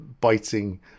biting